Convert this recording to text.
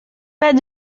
pas